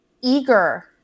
eager